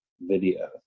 video